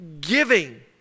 giving